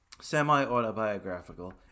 semi-autobiographical